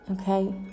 Okay